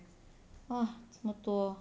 !wah! 这么多